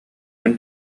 мин